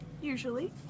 usually